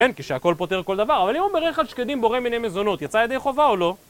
כן, כ"שהכול" פוטר כל דבר, אבל אם הוא ברך על שקדים בורא מיני מזונות, יצא ידי חובה או לא?